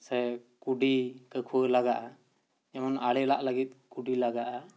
ᱥᱮ ᱠᱩᱰᱤ ᱠᱟᱹᱠᱷᱩᱣᱟᱹ ᱞᱟᱜᱟᱜᱼᱟ ᱡᱮᱢᱚᱱ ᱟᱲᱮ ᱞᱟᱜ ᱞᱟᱹᱜᱤᱫ ᱠᱩᱰᱤ ᱞᱟᱜᱟᱜᱼᱟ